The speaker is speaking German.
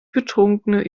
betrunkene